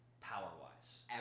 power-wise